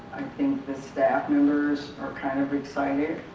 think the staff members are kind of excited.